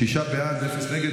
שישה בעד, אפס נגד.